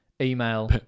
Email